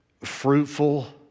fruitful